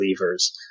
levers